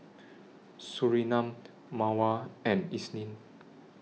Surinam Mawar and Isnin